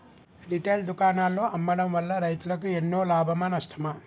Retail దుకాణాల్లో అమ్మడం వల్ల రైతులకు ఎన్నో లాభమా నష్టమా?